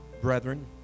brethren